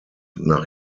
nach